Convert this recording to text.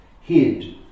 hid